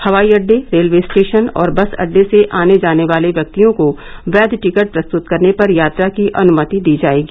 हवाई अड्डे railway station और बस अड्डे से आने जाने वाले व्यक्तियों को वैध टिकट प्रस्तुत करने पर यात्रा की अनुमति दी जाएगी